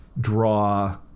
draw